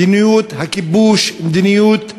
מדיניות הכיבוש, מדיניות ההתנחלויות,